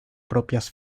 propias